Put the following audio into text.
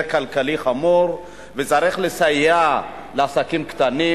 כלכלי חמור וצריך לסייע לעסקים הקטנים.